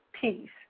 peace